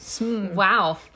Wow